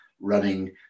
running